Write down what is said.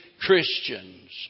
Christians